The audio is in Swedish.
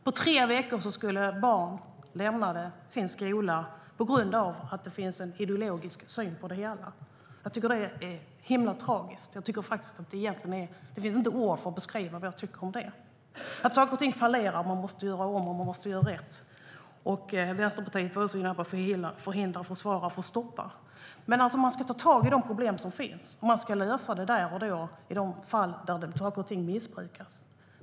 På tre veckor fick barnen lämna sin skola på grund av ideologi. Det är tragiskt. Jag saknar ord för att beskriva vad jag tycker om det. När saker fallerar måste man göra om och göra rätt. Vänsterpartiet var också inne på att förhindra, försvara och stoppa. Man ska ta tag i de problem som finns och lösa det där och då i de fall där saker och ting missbrukas.